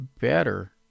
better